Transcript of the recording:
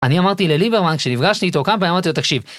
אני אמרתי לליברמן כשנפגשתי איתו כמה פעמים אמרתי לו תקשיב